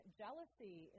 jealousy